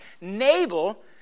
Nabal